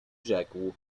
rzekł